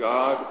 God